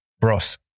broth